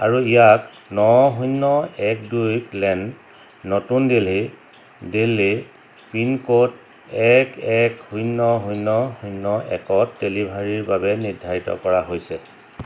আৰু ইয়াক ন শূন্য এক দুই লেন নতুন দিল্লী দিল্লী পিনক'ড এক এক শূন্য শূন্য শূন্য একত ডেলিভাৰীৰ বাবে নিৰ্ধাৰিত কৰা হৈছে